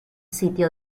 sitio